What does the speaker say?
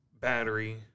Battery